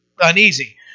uneasy